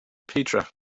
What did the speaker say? petra